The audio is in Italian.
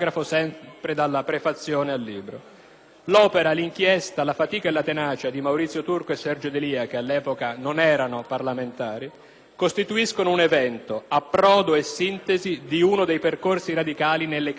«L'opera, l'inchiesta, la fatica e la tenacia di Maurizio Turco e di Sergio D'Elia» - che all'epoca non erano parlamentari - «costituiscono un evento, approdo e sintesi di uno dei percorsi radicali nelle caienne delle istituzioni e della società italiana.